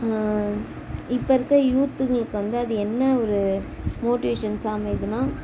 இப்போ இருக்கிற யூத்துகளுக்கு வந்து அது என்ன ஒரு மோட்டிவேஷன்ஸாக அமையிதுனால்